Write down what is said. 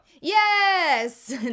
Yes